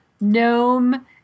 Gnome